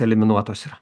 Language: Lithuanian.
eliminuotos yra